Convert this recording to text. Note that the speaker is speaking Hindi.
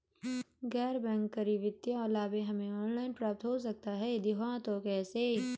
गैर बैंक करी वित्तीय लाभ हमें ऑनलाइन प्राप्त हो सकता है यदि हाँ तो कैसे?